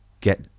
get